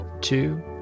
two